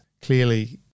clearly